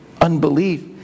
unbelief